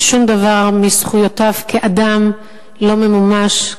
ושום דבר מזכויותיו כאדם לא ממומש,